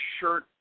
shirt